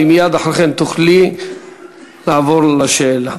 ומייד אחרי כן תוכלי לעבור לשאלה.